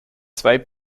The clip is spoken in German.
zwei